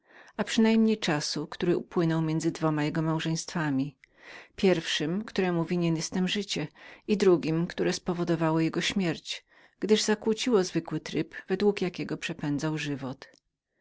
a przynajmniej czasu który upłynął między dwoma jego małżeństwami pierwszem któremu winien jestem życie i drugiem które spowodowało śmierć jego zmieniwszy zwykły tryb według jakiego przepędzał żywot